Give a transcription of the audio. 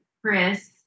Chris